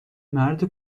مرد